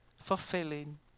fulfilling